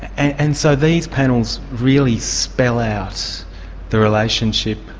and so these panels really spell out the relationship,